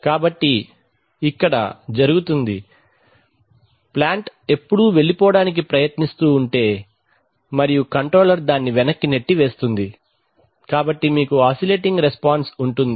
కాబట్టి ఇది ఇక్కడ జరుగుతుంది ప్లాంట్ ఎప్పుడూ వెళ్లిపోడానికి ప్రయత్నిస్తుంటే మరియు కంట్రోలర్ దానిని వెనక్కి నెట్టివేస్తుంది కాబట్టి మీకు ఆసిలేటింగ్ రెస్పాన్స్ ఉంటుంది